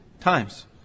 times